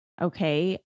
okay